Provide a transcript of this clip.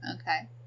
Okay